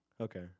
okay